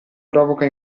provoca